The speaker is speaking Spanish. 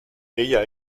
ella